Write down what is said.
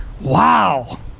Wow